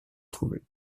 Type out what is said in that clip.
trouver